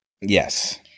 Yes